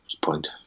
point